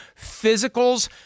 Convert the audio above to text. physicals